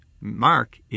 Mark